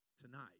tonight